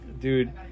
Dude